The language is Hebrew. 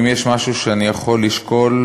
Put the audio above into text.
אם יש משהו שאני יכול לשקול,